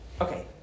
Okay